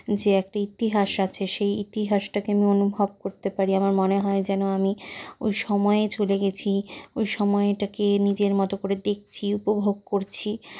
যে একটি ইতিহাস আছে সেই ইতিহাসটাকে আমি অনুভব করতে পারি আমার মনে হয় যেন আমি ওই সময়ে চলে গেছি ওই সময়টাকে নিজের মতো করে দেখছি উপভোগ করছি